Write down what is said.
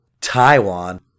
Taiwan